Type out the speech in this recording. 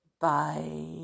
bye